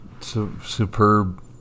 superb